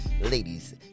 ladies